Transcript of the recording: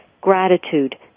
gratitude